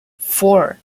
four